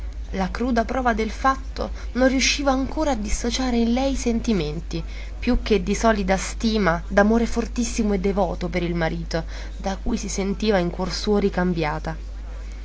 la cruda prova del fatto non riusciva ancora a dissociare in lei i sentimenti più che di solida stima d'amore fortissimo e devoto per il marito da cui si sentiva in cuor suo ricambiata